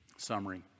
Summary